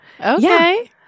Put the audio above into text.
Okay